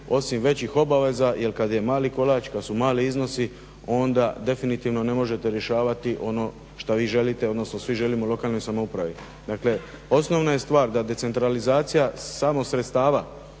osim većih obaveza. Jer kad je mali kolač, kad su mali iznosi onda definitivno ne možete rješavati ono šta vi želite, odnosno svi želimo u lokalnoj samoupravi. Dakle, osnovna je stvar da decentralizacija samo sredstava